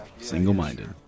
Single-minded